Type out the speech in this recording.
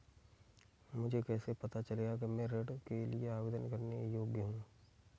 मुझे कैसे पता चलेगा कि मैं ऋण के लिए आवेदन करने के योग्य हूँ?